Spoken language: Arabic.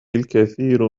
الكثير